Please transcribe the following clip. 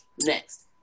next